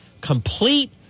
Complete